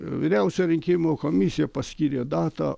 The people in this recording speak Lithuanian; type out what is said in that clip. vyriausioji rinkimų komisija paskyrė datą